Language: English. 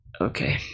Okay